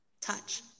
touch